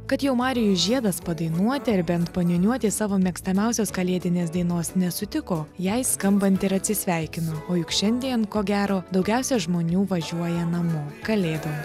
kad jau marijus žiedas padainuoti ar bent paniūniuoti savo mėgstamiausios kalėdinės dainos nesutiko jai skambant ir atsisveikino o juk šiandien ko gero daugiausia žmonių važiuoja namo kalėdom